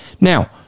Now